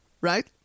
right